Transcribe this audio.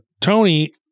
Tony